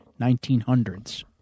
1900s